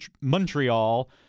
Montreal